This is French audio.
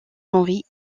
henry